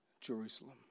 Jerusalem